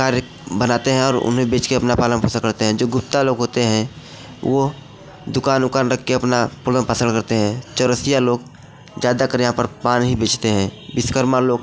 कार्य बनाते हैं और उन्हें बेचकर अपना पालन पोषण करते हैं जो गुप्ता लोग होते हैं वह दुकान उकान रखकर अपना पालन पाषण करते हैं चौरसिया लोग ज़्यादातर यहाँ पर पान ही बेचते हैं विश्वकर्मा लोग